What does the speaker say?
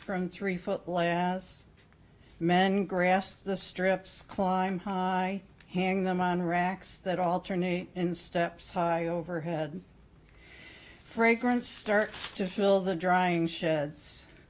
from three foot less men grasp the strips climb high hang them on racks that alternate in steps high overhead fragrance starts to fill the drying sheds